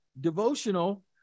devotional